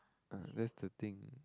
uh that's the thing